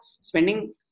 spending